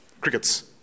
Crickets